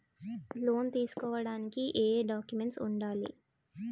Loan తీసుకోడానికి ఏయే documents వుండాలి?